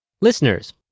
Listeners